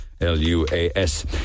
L-U-A-S